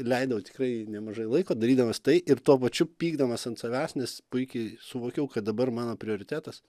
leidau tikrai nemažai laiko darydamas tai ir tuo pačiu pykdamas ant savęs nes puikiai suvokiau kad dabar mano prioritetas